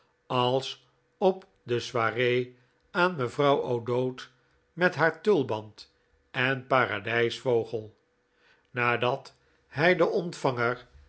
als op de soiree aan mevrouw o'dowd met haar tulband en paradijsvogel nadat hij den ontvanger